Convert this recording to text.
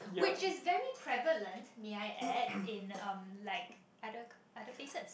which is very prevalent may I add in um like other other places